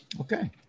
Okay